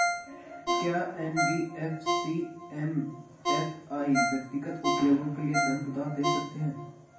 क्या NBFC MFI व्यक्तिगत उपयोग के लिए धन उधार दें सकते हैं?